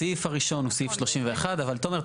הסעיף הראשון הוא סעיף 31. אבל תומר,